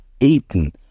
Eaten